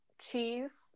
cheese